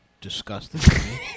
disgusting